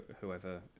whoever